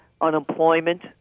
unemployment